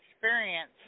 experience